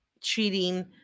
cheating